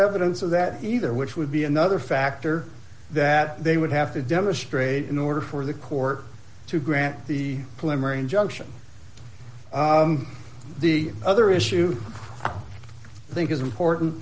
evidence of that either which would be another factor that they would have to demonstrate in order for the court to grant the plimer injunction the other issue i think is important